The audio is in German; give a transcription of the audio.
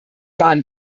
waren